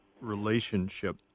relationship